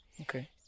Okay